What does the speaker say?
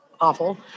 awful